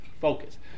focus